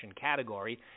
category